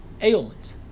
ailment